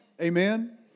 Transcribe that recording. Amen